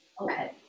Okay